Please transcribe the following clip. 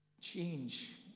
Change